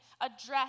address